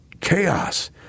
chaos